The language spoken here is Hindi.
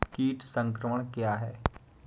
कीट संक्रमण क्या है?